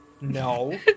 No